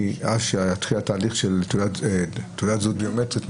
מאז שהתחיל התהליך של תעודת זהות ביומטרית,